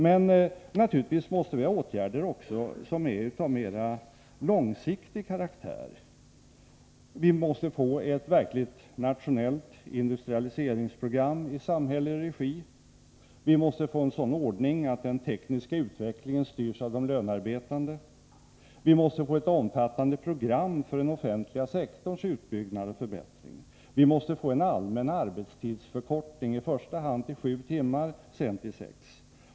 Men naturligtvis måste man också vidta åtgärder som är av mer långsiktig karaktär. Vi måste få ett verkligt nationellt industrialiseringsprogram i samhällelig regi. Vi måste få en sådan ordning att den tekniska utvecklingen styrs av de lönearbetande. Vi måste få ett omfattande program för den offentliga sektorns utbyggnad och förbättring. Vi måste få en allmän arbetstidsförkortning — i första hand till sju timmar, sedan till sex.